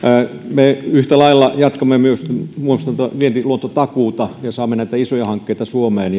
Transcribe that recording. me yhtä lailla jatkamme myös vientiluottotakuuta ja saamme isoja hankkeita suomeen